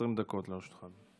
בבקשה, 20 דקות לרשותך.